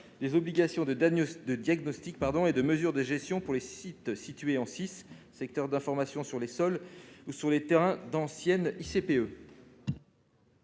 des obligations de diagnostic et de mesures de gestion pour les sites situés en secteur d'information sur les sols (SIS) ou sur les terrains d'anciennes ICPE.